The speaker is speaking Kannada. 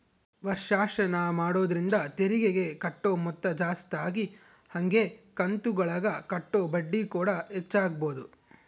ವರ್ಷಾಶನ ಮಾಡೊದ್ರಿಂದ ತೆರಿಗೆಗೆ ಕಟ್ಟೊ ಮೊತ್ತ ಜಾಸ್ತಗಿ ಹಂಗೆ ಕಂತುಗುಳಗ ಕಟ್ಟೊ ಬಡ್ಡಿಕೂಡ ಹೆಚ್ಚಾಗಬೊದು